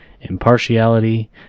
impartiality